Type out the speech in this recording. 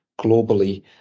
globally